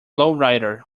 lowrider